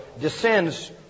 descends